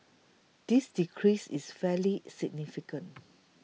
this decrease is fairly significant